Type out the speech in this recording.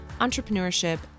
entrepreneurship